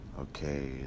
Okay